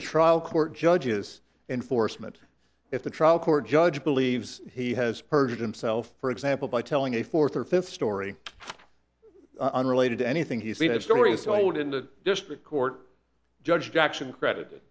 the trial court judge is enforcement if the trial court judge believes he has perjured himself for example by telling a fourth or fifth story unrelated to anything he said stories told in the district court judge jackson credit